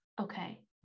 Okay